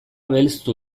belztu